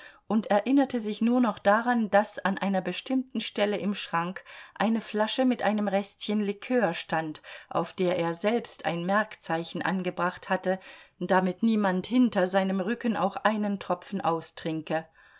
und erinnerte sich nur noch daran daß an einer bestimmten stelle im schrank eine flasche mit einem restchen likör stand auf der er selbst ein merkzeichen angebracht hatte damit niemand hinter seinem rücken auch einen tropfen austrinke